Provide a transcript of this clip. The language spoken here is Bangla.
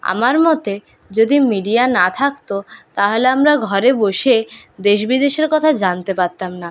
আমার মতে যদি মিডিয়া না থাকতো তাহালে আমরা ঘরে বসে দেশ বিদেশের কথা জানতে পারতাম না